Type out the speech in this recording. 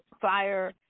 fire